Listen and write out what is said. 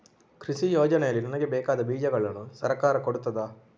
ಕೃಷಿ ಯೋಜನೆಯಲ್ಲಿ ನನಗೆ ಬೇಕಾದ ಬೀಜಗಳನ್ನು ಸರಕಾರ ಕೊಡುತ್ತದಾ?